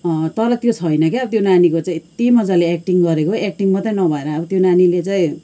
तर त्यो छैन के अब त्यो नानीको चाहिँ यत्ति मजाले एक्टिङ गरेको एक्टिङ मात्रै नभएर अब त्यो नानीले चाहिँ